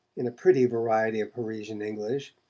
in a pretty variety of parisian english,